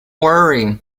worry